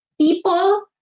People